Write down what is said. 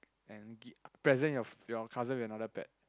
and gi~ present your your cousin with another pet